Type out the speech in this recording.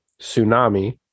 tsunami